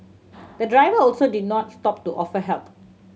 the driver also did not stop to offer help